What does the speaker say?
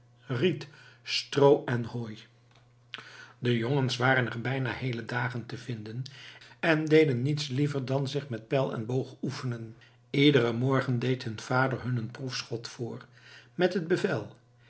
riet stroo en hooi de jongens waren er bijna heele dagen te vinden en deden niets liever dan zich met pijl en boog oefenen iederen morgen deed vader hun een proefschot voor met het bevel